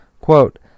Quote